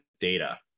data